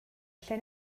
lle